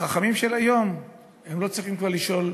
והחכמים של היום לא צריכים כבר לשאול,